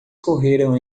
correram